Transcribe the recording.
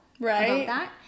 Right